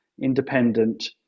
independent